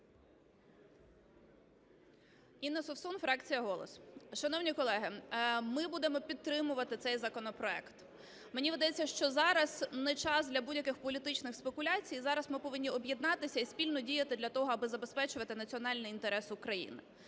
Інна Совсун, фракція "Голос". Шановні колеги, ми будемо підтримувати цей законопроект. Мені видається, що зараз не час для будь-яких політичних спекуляцій, зараз ми повинні об'єднатися і спільно діяти для того, би забезпечувати національні інтереси України.